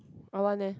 I want eh